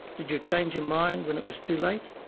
did you change your mind when it was too late?